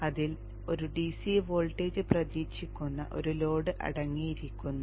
ഇപ്പോൾ അതിൽ ഒരു DC വോൾട്ടേജ് പ്രതീക്ഷിക്കുന്ന ഒരു ലോഡ് അടങ്ങിയിരിക്കുന്നു